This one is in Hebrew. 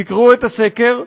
תקראו את הסקר,